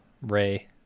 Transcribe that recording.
Ray